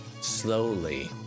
Slowly